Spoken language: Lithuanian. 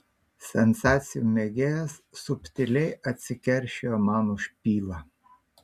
sensacijų mėgėjas subtiliai atsikeršijo man už pylą